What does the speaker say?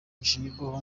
bishingirwaho